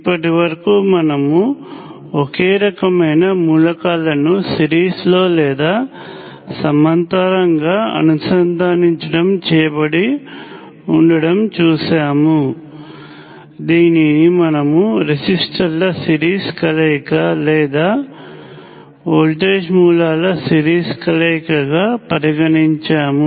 ఇప్పటివరకు మనము ఒకే రకమైన మూలకాలను సీరీస్ లో లేదా సమాంతరంగా అనుసంధానం చేయబడి ఉండడం చూశాము దీనిని మనము రెసిస్టర్ల సీరీస్ కలయిక లేదా వోల్టేజ్ మూలాల సీరీస్ కలయికగా పరిగణించాము